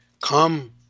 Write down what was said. come